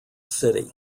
city